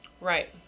Right